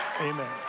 Amen